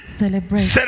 celebrate